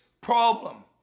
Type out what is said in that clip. problem